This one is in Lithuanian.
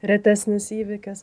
retesnis įvykis